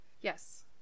Yes